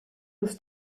was